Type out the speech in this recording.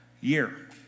year